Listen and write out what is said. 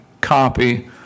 copy